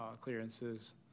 clearances